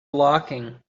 blocking